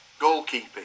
Goalkeeping